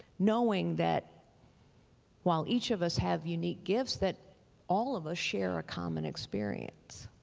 knowing that while each of us have unique gifts, that all of us share a common experience.